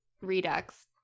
Redux